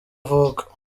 avuka